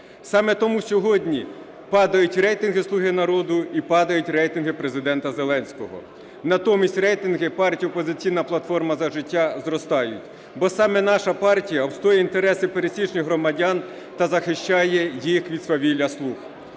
Саме тому сьогодні падають рейтинги "Слуги народу" і падають рейтинги Президента Зеленського. Натомість рейтинги партії "Опозиційна платформа – За життя" зростають, бо саме наша партія відстоює інтереси пересічних громадян та захищає їх від свавілля "слуг".